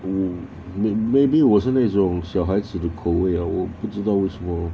mm may~ maybe 我是那种小孩子的口味啦我不知道为什么